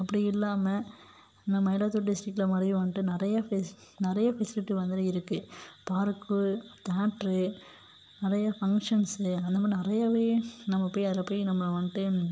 அப்படி இல்லாமல் மயிலாடுதுறை டிஸ்ட்ரிகில் இதுமாதிரி வந்ட்டு நிறையா ஃபெஸ் நிறையா ஃபெசிலிட்டி வந்து இருக்குது பார்க்கு தியேட்டரு நிறையா ஃபங்க்ஷன்ஸ்சு அந்த மாதிரி நிறையாவே நம்ம போய் அதில் போய் நம்ம வந்ட்டு